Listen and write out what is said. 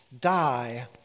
die